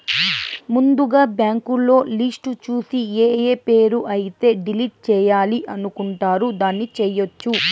ముందుగా బ్యాంకులో లిస్టు చూసి ఏఏ పేరు అయితే డిలీట్ చేయాలి అనుకుంటారు దాన్ని చేయొచ్చు